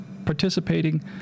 participating